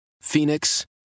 Phoenix